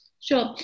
Sure